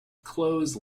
close